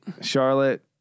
Charlotte